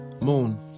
Moon